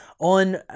on